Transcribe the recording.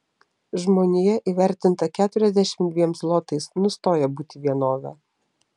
žmonija įvertinta keturiasdešimt dviem zlotais nustoja būti vienove